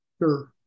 sure